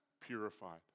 purified